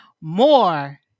more